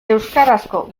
euskarazko